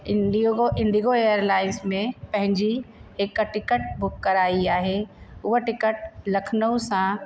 इंडिओ IndiGo airlines में पंहिंजी हिकु टिकट बुक कराई आहे उहा टिकट लखनऊ सां